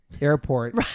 airport